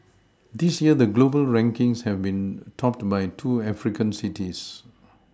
this year the global rankings have been topped by two African cities